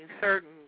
certain